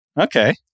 Okay